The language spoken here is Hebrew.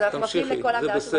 אז אנחנו פנים לכל ההגדרות,